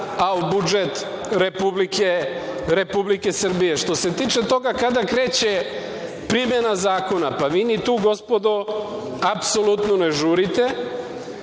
a u budžet Republike Srbije. Što se tiče toga kada kreće primena zakona, pa vi ni tu, gospodo, apsolutno ne žurite.